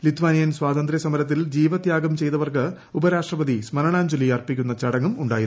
Lithuanian സ്വാതന്ത്ര്യസമരത്തിൽ ജീവത്യാഗം ചെയ്തവർക്ക് ഉപരാഷ്ട്രപതി സ്മാരണജ്ഞലി അർപ്പിക്കുന്ന ചടങ്ങും ഉ ായിരുന്നു